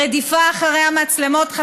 ברדיפה חסרת היגיון אחרי המצלמות.